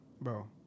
bro